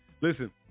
Listen